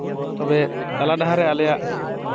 ᱛᱚᱵᱮ ᱛᱟᱞᱟ ᱰᱟᱦᱟᱨ ᱨᱮ ᱟᱞᱮᱭᱟᱜ